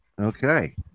Okay